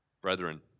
Brethren